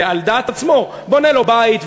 על דעת עצמו בונה לו בית,